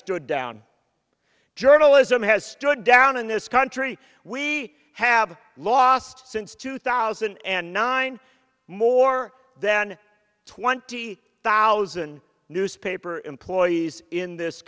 stood down journalism has stood down in this country we have lost since two thousand and nine more than twenty thousand newspaper employees in this